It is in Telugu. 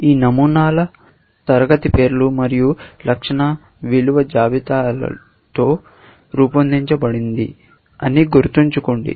ఈ నమూనాలు తరగతి పేర్లు మరియు లక్షణ విలువ జతలతో రూపొందించబడిందని గుర్తుంచుకోండి